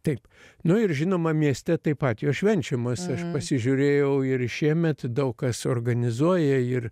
taip nu ir žinoma mieste taip pat jos švenčiamas aš pasižiūrėjau ir šiemet daug kas organizuoja ir